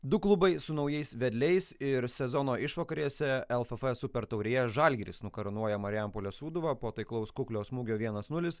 du klubai su naujais vedliais ir sezono išvakarėse lff super taurėje žalgiris nukarūnuoja marijampolės sūduvą po taiklaus kuklio smūgio vienas nulis